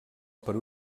per